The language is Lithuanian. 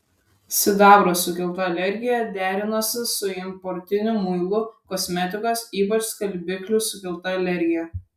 sidabro sukelta alergija derinosi su importinių muilų kosmetikos ypač skalbiklių sukelta alergija